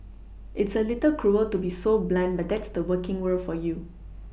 it's a little cruel to be so blunt but that's the working world for you